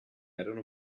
erano